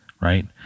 right